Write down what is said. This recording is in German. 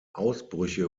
ausbrüche